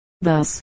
Thus